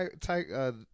type